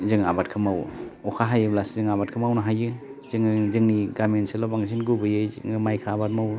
जों आबादखौ मावो अखा हायोब्लासो जों आबादखौ मावनो हायो जोङो जोंनि गामि ओनसोलाव बांसिन गुबैयै जोङो माइखौ आबाद मावो